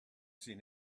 seen